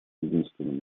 единственным